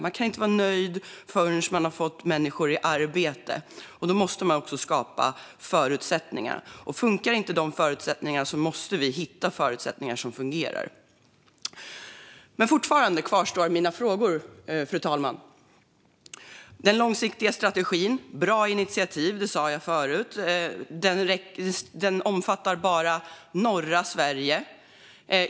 Man kan inte vara nöjd förrän man har fått människor i arbete, och då måste man också skapa förutsättningar. Fungerar inte de förutsättningarna måste vi hitta förutsättningar som gör det. Fortfarande kvarstår mina frågor, fru talman. Den långsiktiga strategin - ett bra initiativ, som jag sa förut - omfattar bara norra Sverige.